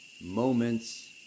moments